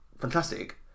Fantastic